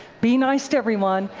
be nice to everyone,